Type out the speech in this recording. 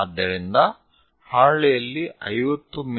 ಆದ್ದರಿಂದ ಹಾಳೆಯಲ್ಲಿ 50 ಮಿ